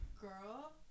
girl